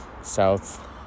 south